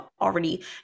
already